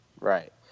Right